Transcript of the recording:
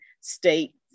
state